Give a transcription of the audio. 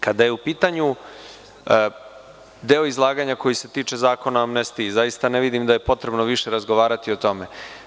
Kada je u pitanju deo izlaganja koji se tiče Zakona o amnestiji, zaista ne vidim da je potrebno više razgovarati o tome.